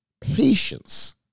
patience